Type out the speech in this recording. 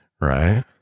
Right